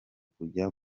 kujya